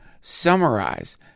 summarize